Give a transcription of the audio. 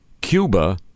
Cuba